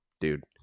Dude